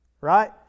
Right